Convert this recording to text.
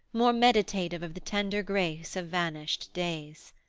more meditative of the tender grace of vanished days.